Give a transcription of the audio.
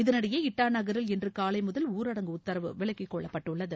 இதனிடையே இட்டா நகரில் இன்று காலை முதல் ஊரடங்கு உத்தரவு விலக்கிக்கொள்ளப்பட்டுள்ளது